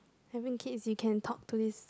having kids you can talk to this